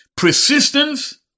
persistence